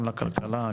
גם לכלכלה,